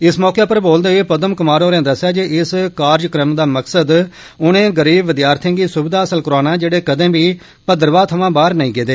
इस मौके उप्पर बोलदे होई पदम कुमार होरें दस्सेआ जे इस कार्यक्रम दा मकसद उनें गरीब विद्यार्थिएं गी सुविधा हासल करोआना ऐ जेह्डे कदें बी भद्रवाह थमां बाहर नेई गेदे